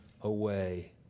away